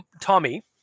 Tommy